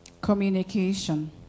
Communication